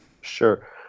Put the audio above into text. Sure